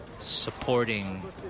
supporting